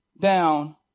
down